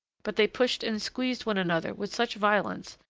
but they pushed and squeezed one another with such violence,